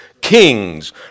kings